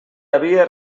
havia